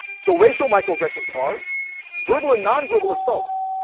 so racial microaggressions are verbal and non-verbal assaults,